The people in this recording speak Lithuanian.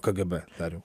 kgb dariau